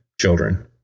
children